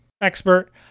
expert